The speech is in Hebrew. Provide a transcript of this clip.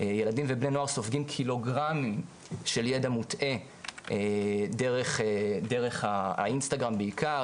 ילדים ובני נוער סופגים קילוגרמים של ידע מוטעה דרך האינסטגרם בעיקר,